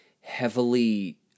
heavily